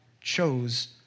chose